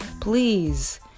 please